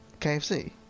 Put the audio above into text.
KFC